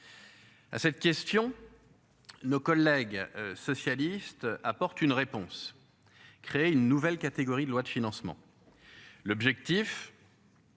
À cette question. Nos collègues socialistes apporte une réponse. Créer une nouvelle catégorie de loi de financement. L'objectif.